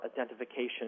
identification